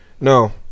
No